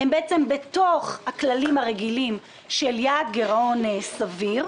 הם בעצם בתוך הכללים הרגילים של יעד גרעון סביר.